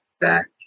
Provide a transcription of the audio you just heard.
back